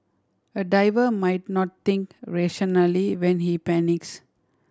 a diver might not think rationally when he panics